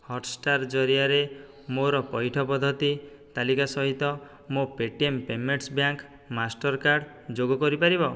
Hotstar ଜରିଆରେ ମୋର ପଇଠ ପଦ୍ଧତି ତାଲିକା ସହିତ ମୋ ପେ'ଟିଏମ୍ ପେମେଣ୍ଟ୍ସ୍ ବ୍ୟାଙ୍କ୍ ମାଷ୍ଟର୍କାର୍ଡ଼୍ ଯୋଗ କରିପାରିବ